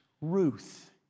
Ruth